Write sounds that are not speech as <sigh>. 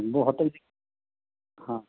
ସବୁ ହୋଟେଲ୍ <unintelligible> ହଁ